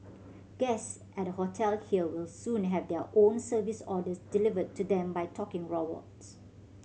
guests at a hotel here will soon have their room service orders delivered to them by talking robots